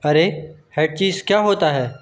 अरे हेड चीज़ क्या होता है